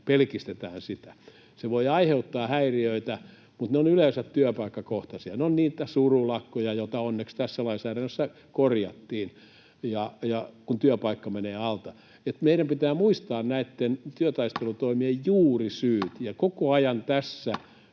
pelkistetään sitä. Se voi aiheuttaa häiriöitä, mutta ne ovat yleensä työpaikkakohtaisia. Ne ovat niitä surulakkoja — joita onneksi tässä lainsäädännössä korjattiin — kun työpaikka menee alta. Meidän pitää muistaa näitten työtaistelutoimien juurisyyt, [Puhemies